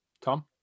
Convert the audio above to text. Tom